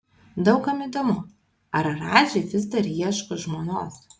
daug kam įdomu ar radži vis dar ieško žmonos